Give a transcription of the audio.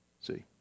See